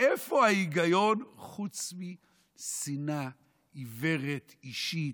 מאיפה ההיגיון חוץ משנאה עיוורת, אישית?